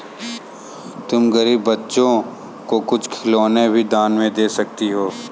तुम गरीब बच्चों को कुछ खिलौने भी दान में दे सकती हो